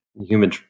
human